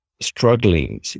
struggling